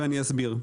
ואני אסביר.